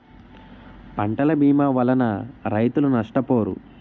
పంటల భీమా వలన రైతులు నష్టపోరు